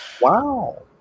Wow